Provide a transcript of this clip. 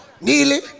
Neely